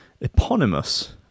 eponymous